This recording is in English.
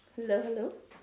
hello hello